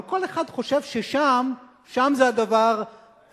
אבל כל אחד חושב ששם, שם זה הדבר האמיתי.